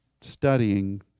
studying